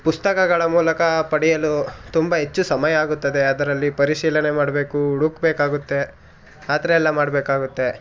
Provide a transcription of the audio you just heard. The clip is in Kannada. ಪುಸ್ತಕಗಳ ಮೂಲಕ ಪಡೆಯಲು ತುಂಬ ಹೆಚ್ಚು ಸಮಯ ಆಗುತ್ತದೆ ಅದರಲ್ಲಿ ಪರಿಶೀಲನೆ ಮಾಡಬೇಕು ಹುಡುಕಬೇಕಾಗುತ್ತೆ ಆ ಥರ ಎಲ್ಲ ಮಾಡಬೇಕಾಗುತ್ತೆ